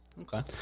Okay